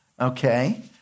okay